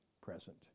present